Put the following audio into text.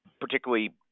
particularly